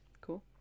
Cool